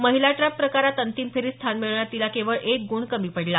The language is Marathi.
महिला ट्रप प्रकारात अंतिम फेरीत स्थान मिळवण्यात तिला केवळ एक ग्ण कमी पडला